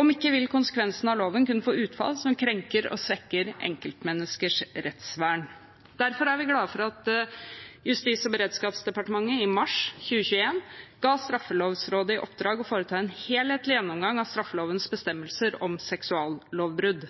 Om ikke vil konsekvensene av loven kunne få utfall som krenker og svekker enkeltmenneskers rettsvern. Derfor er vi glad for at Justis- og beredskapsdepartementet i mars 2021 ga Straffelovrådet i oppdrag å foreta en helhetlig gjennomgang av straffelovens bestemmelser om seksuallovbrudd.